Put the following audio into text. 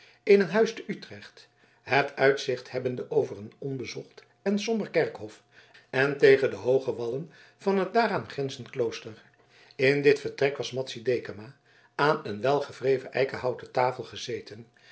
in een huis te utrecht het uitzicht hebbende over een onbezocht en somber kerkhof en tegen de hooge wallen van het daaraan grenzend klooster in dit vertrek was madzy dekama aan een welgewreven eikenhouten tafel gezeten